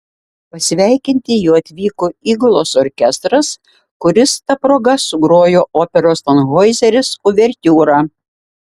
pasveikinti jo atvyko įgulos orkestras kuris ta proga sugrojo operos tanhoizeris uvertiūrą